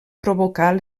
provocar